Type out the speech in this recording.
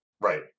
Right